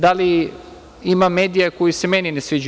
Da li ima medija koji se meni ne sviđaju?